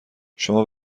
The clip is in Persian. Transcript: شما